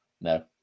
No